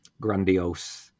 grandiose